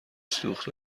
سوخت